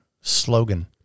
slogan